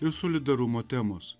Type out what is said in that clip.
ir solidarumo temos